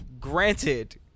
granted